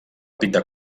pintar